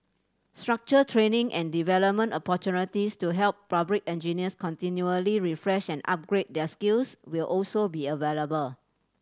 structured training and development opportunities to help public engineers continually refresh and upgrade their skills will also be available